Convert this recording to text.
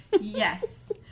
Yes